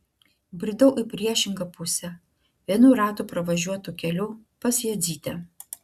bridau į priešingą pusę vienų ratų pravažiuotu keliu pas jadzytę